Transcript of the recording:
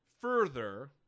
further